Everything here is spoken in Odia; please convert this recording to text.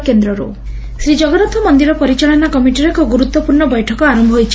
ବୈଠକ ଶ୍ରୀକଗନ୍ନାଥ ମନ୍ଦିର ପରିଚାଳନା କମିଟିର ଏକ ଗୁରୁତ୍ୱପୂର୍ଷ୍ ବୈଠକ ଆର ହୋଇଛି